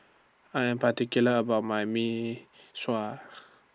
I Am particular about My Mee Sua